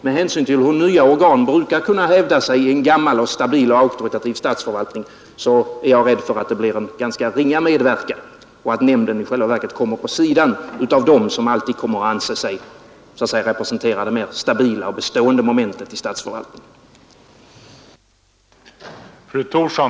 Med hänsyn till hur nya organ brukar kunna hävda sig i en gammal och stabil auktoritativ statsförvaltning är jag rädd för att det blir en ganska ringa medverkan och att nämnden i själva verket kommer på sidan av dem som alltid kommer att anse sig så att säga representera det mer stabila och bestående elementet i statsförvaltningen.